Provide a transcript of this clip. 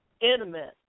intimate